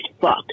fuck